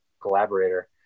collaborator